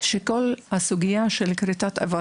וחשוב לי לשים את הדברים